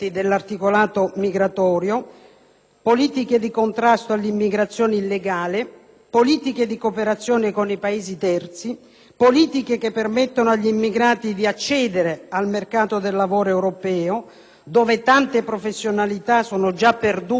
politiche di contrasto all'immigrazione illegale; politiche di cooperazione con i Paesi terzi; politiche che permettano agli immigrati di accedere al mercato del lavoro europeo, dove tante professionalità sono già perdute o in via di estinzione,